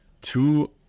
two